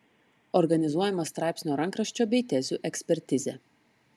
organizuojama straipsnio rankraščio bei tezių ekspertizė